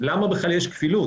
למה בכלל יש כפילות.